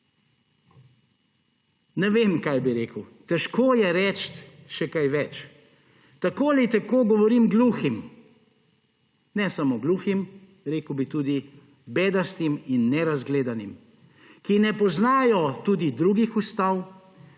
Ne vem, kaj bi rekel. Težko je reči še kaj več. Tako ali tako govorim gluhim, ne samo gluhim, rekel bi tudi bedastim in nerazgledanim, ki ne poznajo tudi drugih ustav,